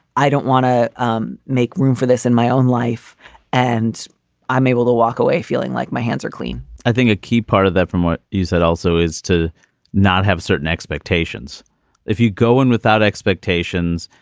i don't want to um make room for this in my own life and i'm able to walk away feeling like my hands are clean i think a key part of that, from what you said also is to not have certain expectations if you go in without expectations.